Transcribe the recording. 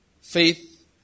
faith